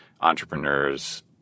entrepreneurs